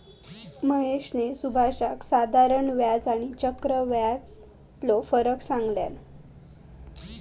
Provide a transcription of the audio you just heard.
महेशने सुभाषका साधारण व्याज आणि आणि चक्रव्याढ व्याजातलो फरक सांगितल्यान